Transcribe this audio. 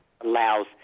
allows